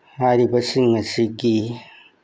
ꯍꯥꯏꯔꯤꯕꯁꯤꯡ ꯑꯁꯤꯒꯤ